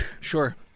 sure